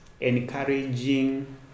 encouraging